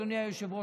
אדוני היושב-ראש,